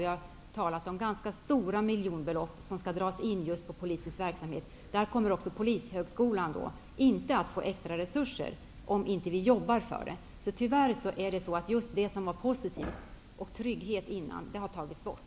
Vi har talat om belopp som gäller ganska många miljoner och som skall dras in just beträffande polisens verksamhet. Inte heller Polishögskolan kommer alltså att få extra resurser om vi inte jobbar för den saken. Tyvärr är det så, att just det som var positivt och tryggt tidigare nu har tagits bort.